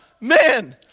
men